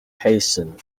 hassan